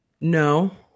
No